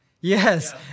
Yes